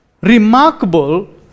remarkable